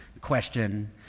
question